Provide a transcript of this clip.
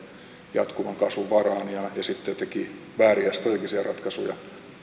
jatkuvan kasvun varaan ja sitten teki vääriä strategisia ratkaisuja